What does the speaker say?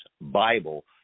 Bible